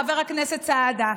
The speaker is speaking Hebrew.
חבר הכנסת סעדה,